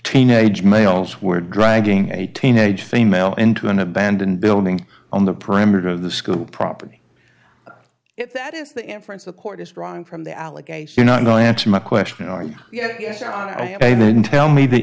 teenage males were dragging a teenage same male into an abandoned building on the perimeter of the school property if that is the inference the court is drawing from the allegation no no answer my question are you yes i have a then tell me the